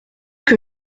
que